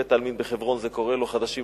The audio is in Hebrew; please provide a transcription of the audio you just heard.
בבית-העלמין בחברון זה קורה חדשות לבקרים.